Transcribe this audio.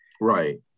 Right